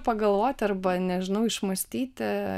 pagalvoti arba nežinau išmąstyti